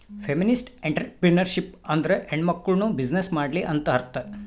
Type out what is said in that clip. feminist entrepreneurship ಅಂದುರ್ ಹೆಣ್ಮಕುಳ್ನೂ business ಮಾಡ್ಲಿ ಅಂತ್ ಅರ್ಥಾ